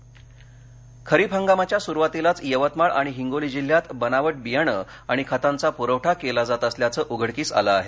बनावट बियाणे खरीप हंगामाच्या सुरुवातीलाच यवतमाळ आणि हिंगोली जिल्ह्यात बनावट बियाणे आणि खतांचा पुरवठा केला जात असल्याचं उघडकीला आलं आहे